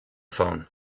phone